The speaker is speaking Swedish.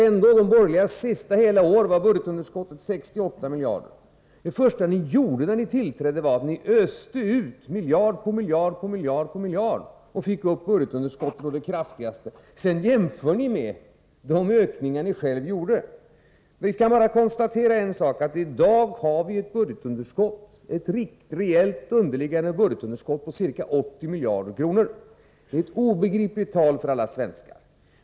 Ändå var budgetunderskottet under de borgerligas hela sista år 68 miljarder. Det första ni gjorde när ni tillträdde var att ösa ut miljard på miljard, och därmed ökade ni budgetunderskottet å det kraftigaste. Sedan jämför ni det ursprungliga budgetunderskottet med de ökningar ni själva gjorde. Vi kan bara konstatera en sak — i dag har vi ett rejält underliggande budgetunderskott på ca 80 miljarder kronor. Det är ett obegripligt tal för alla svenskar.